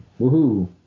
woohoo